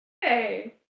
Hey